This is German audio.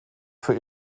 für